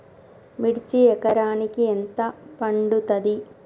మిర్చి ఎకరానికి ఎంత పండుతది?